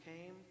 came